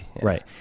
right